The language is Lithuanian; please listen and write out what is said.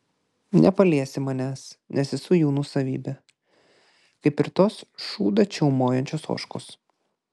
nepaliesi manęs nes esu jų nuosavybė kaip ir tos šūdą čiaumojančios ožkos